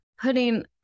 putting